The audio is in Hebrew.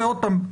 ועוד פעם,